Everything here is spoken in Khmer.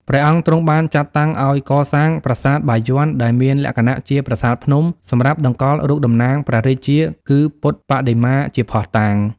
ព្រះអង្គទ្រង់បានចាត់តាំងឱ្យកសាង ប្រាសាទបាយ័នដែលមានលក្ខណៈជាប្រាសាទភ្នំ សម្រាប់តម្កល់រូបតំណាងព្រះរាជា គឺពុទ្ធបដិមាជាភ័ស្តុតាង។